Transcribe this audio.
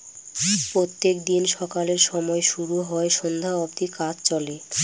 প্রত্যেক দিন সকালের সময় শুরু হয় সন্ধ্যা অব্দি কাজ চলে